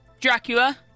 Dracula